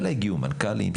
אלא הגיעו מנכ"לים,